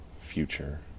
future